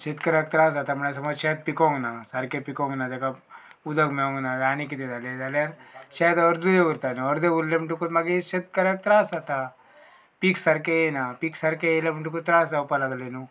शेतकऱ्याक त्रास जाता म्हणल्यार समज शेत पिकोंक ना सारकें पिकोंक ना तेका उदक मेळोंक ना आणी कितें जालें जाल्यार शेत अर्दय उरतालें अर्दें उरलें म्हणटकच मागीर शेतकऱ्याक त्रास जाता पीक सारकें येयना पीक सारकें येयले म्हणटकूच त्रास जावपाक लागले न्हू